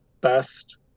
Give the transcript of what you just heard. best